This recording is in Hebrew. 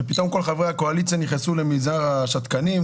ופתאום כל חברי הקואליציה נכנסו למנזר השתקנים,